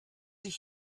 ich